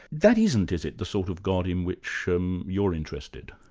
that isn't, is it, the sort of god in which um you're interested?